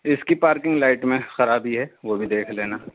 اس کی parking light میں خرابی ہے وہ بھی دیکھ لینا